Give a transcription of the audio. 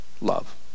love